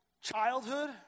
childhood